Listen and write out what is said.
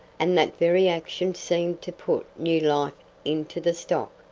and that very action seemed to put new life into the stock.